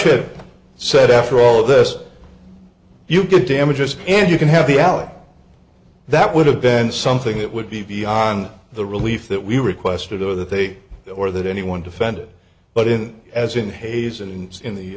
just said after all this you get damages and you can have the allen that would have been something that would be beyond the relief that we requested or that they or that anyone defended but in as in hayes and in the